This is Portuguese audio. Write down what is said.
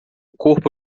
corpo